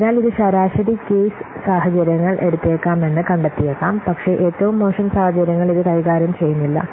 അതിനാൽ ഇത് ശരാശരി കേസ് സാഹചര്യങ്ങൾ എടുത്തേക്കാമെന്ന് കണ്ടെത്തിയേക്കാം പക്ഷേ ഏറ്റവും മോശം സാഹചര്യങ്ങൾ ഇത് കൈകാര്യം ചെയ്യുന്നില്ല